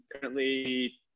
currently